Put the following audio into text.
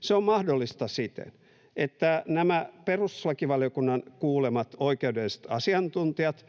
Se on mahdollista siten, että nämä perustuslakivaliokunnan kuulemat oikeudelliset asiantuntijat,